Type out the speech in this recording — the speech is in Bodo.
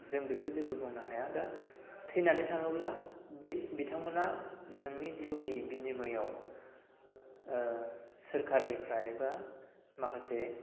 जों बेखौ जेबो बुंनो हाया दा थैनानै थाङोब्ला बे बिथांमोना नोंनि जिउनि बीमायाव सोरखारनिफ्राय बा माखासे